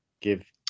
Give